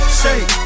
shake